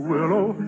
Willow